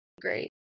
great